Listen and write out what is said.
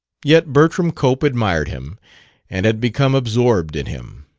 yet bertram cope admired him and had become absorbed in him.